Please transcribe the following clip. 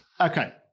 Okay